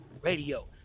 Radio